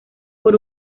por